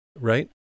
Right